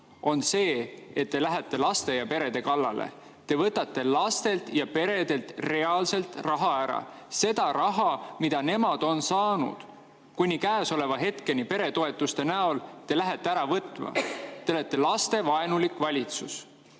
on see, et te lähete laste ja perede kallale. Te võtate lastelt ja peredelt reaalselt raha ära. Seda raha, mida nemad on saanud kuni käesoleva hetkeni peretoetuste näol, lähete te ära võtma. Te olete lastevaenulik valitsus.